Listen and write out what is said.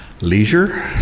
leisure